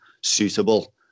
suitable